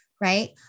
right